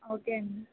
okay అండీ